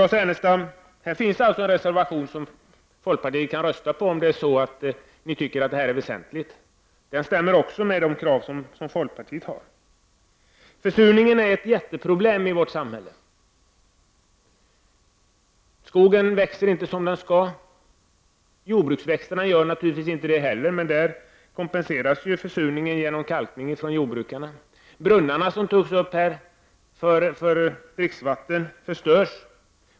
Här finns det alltså, Lars Ernestam, en reservation som ni i folkpartiet kan rösta på om ni tycker att detta är väsentligt. Reservationen överensstämmer med folkpartiets krav i detta avseende. Försurningen är ett mycket stort problem i vårt samhälle. Skogen växer inte som den skall. Jordbrukets växter växer naturligtvis inte heller som de skall. Men i det sammanhanget har vi en kompensation i och med jordbrukarnas kalkning. Brunnarna för dricksvatten, en fråga som också har tagits upp här, förstörs.